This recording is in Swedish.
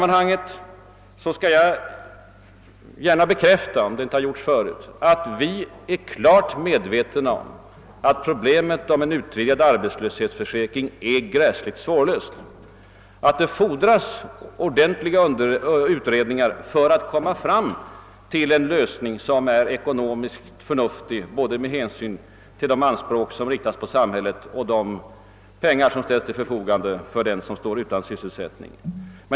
I anslutning härtill skall jag gärna bekräfta — om det inte har gjorts förut — att vi är klart medvetna om att problemet om en utvidgad arbetslöshetsförsäkring är oerhört svårlöst och att det fordras ordentliga utredningar för att nå en lösning som är ekonomiskt förnuftig med hänsyn till både de anspråk som riktas mot samhället och de medel som ställs till förfogande för dem som står utan sysselsättning.